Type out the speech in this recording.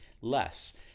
less